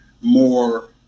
more